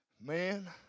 Man